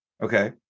Okay